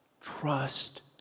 Trust